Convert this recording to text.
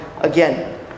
again